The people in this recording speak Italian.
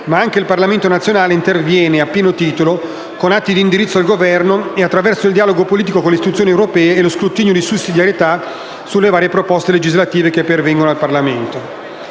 ma anche il Parlamento nazionale interviene a pieno titolo, con atti di indirizzo al Governo e attraverso il dialogo politico con le istituzioni europee e lo scrutinio di sussidiarietà sulle proposte legislative che pervengono al Parlamento.